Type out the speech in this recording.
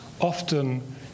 often